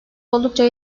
oldukça